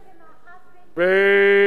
למאחז בלתי חוקי.